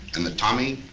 and the tommy,